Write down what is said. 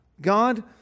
God